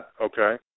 Okay